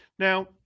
Now